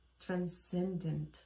transcendent